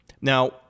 Now